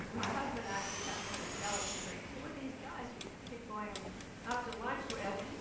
and my husband actually got kind of jealous. he said, who are these guys you keep going out to lunch with?